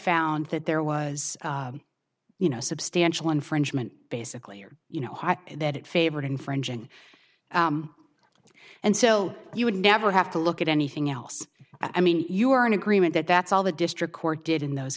found that there was you know substantial infringement basically or you know that it favored infringing and so you would never have to look at anything else i mean you are in agreement that that's all the district court did in those